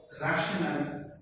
rational